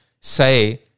say